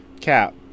Cap